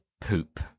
poop